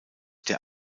der